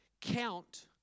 count